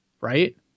Right